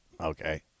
Okay